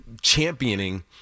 championing